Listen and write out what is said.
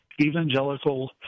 Evangelical